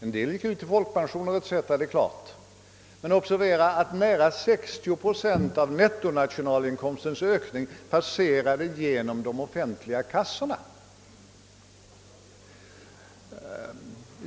En stor del av dessa medel gick naturligtvis ut igen, till folkpensioner etc., men observera, att nästan 60 procent av nettonationalinkomstens ökning passerade genom de offentliga kassorna.